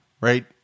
right